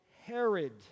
Herod